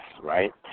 right